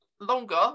longer